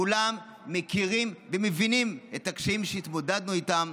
כולם מכירים ומבינים את הקשיים שהתמודדנו איתם,